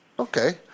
Okay